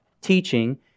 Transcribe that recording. teaching